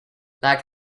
like